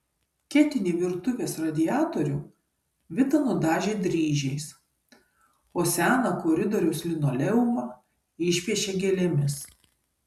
ketinį virtuvės radiatorių vita nudažė dryžiais o seną koridoriaus linoleumą išpiešė gėlėmis